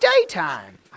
daytime